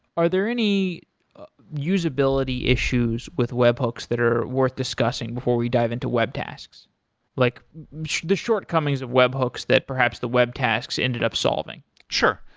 are there any usability issues with webhooks that are worth discussing before we dive into webtasks? like the shortcomings of webhooks that perhaps the webtasks ended up solving sure.